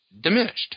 diminished